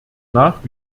nach